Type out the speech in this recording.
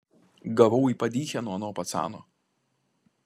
gavau į padychę nuo ano pacano